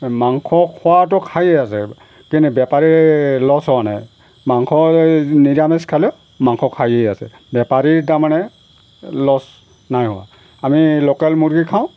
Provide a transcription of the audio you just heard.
মাংস খোৱাটো খায়েই আছে কিন্তু বেপাৰী লছ হোৱা নাই মাংস নিৰামিচ খালেও মাংস খায়েই আছে বেপাৰী তাৰমানে লছ নাই হোৱা আমি লোকেল মুৰ্গী খাওঁ